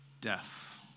death